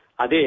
Ade